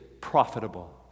Profitable